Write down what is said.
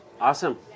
Awesome